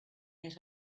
yet